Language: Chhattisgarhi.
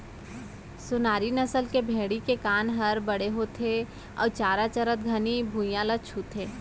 सोनारी नसल के भेड़ी के कान हर बड़े होथे अउ चारा चरत घनी भुइयां ल छूथे